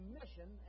mission